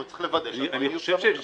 אנחנו צריכים לוודא שהכול --- אני